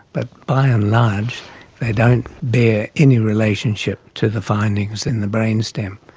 but by and large they don't bear any relationship to the findings in the brain stem.